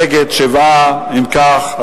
נגד 7. אם כך,